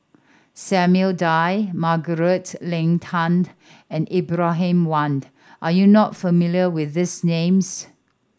Samuel Dyer Margaret Leng Tan and Ibrahim Awang are you not familiar with these names